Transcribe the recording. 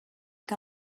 que